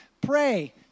Pray